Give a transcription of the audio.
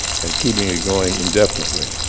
and keeping it going indefinitely.